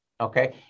Okay